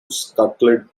scuttled